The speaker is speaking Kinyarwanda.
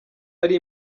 ari